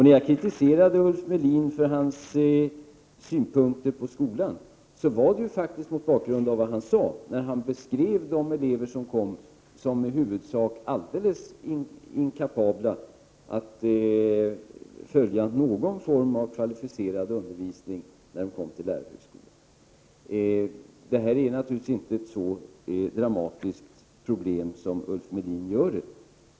När jag kritiserade Ulf Melin för hans synpunkter på skolan, var det mot bakgrund av att han beskrev eleverna som i huvudsak alldeles inkapabla att följa någon form av kvalificerad undervisning, när de kommer till lärarhögskolan. Problemet är naturligtvis inte så dramatiskt som Ulf Melin gör det.